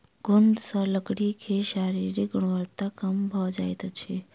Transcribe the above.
घुन सॅ लकड़ी के शारीरिक गुणवत्ता कम भ जाइत अछि